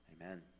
Amen